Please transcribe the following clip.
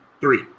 three